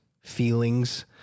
feelings